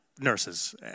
nurses